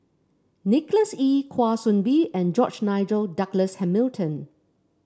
Nicholas Ee Kwa Soon Bee and George Nigel Douglas Hamilton